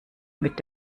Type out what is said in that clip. mit